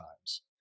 times